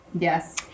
Yes